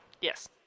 Yes